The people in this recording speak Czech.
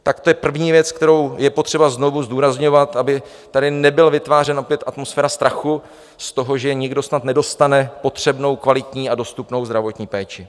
Tak to je první věc, kterou je potřeba znova zdůrazňovat, aby tady nebyla vytvářena opět atmosféra strachu z toho, že někdo snad nedostane potřebnou, kvalitní a dostupnou zdravotní péči.